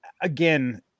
again